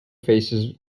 faces